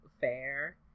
fair